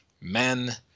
men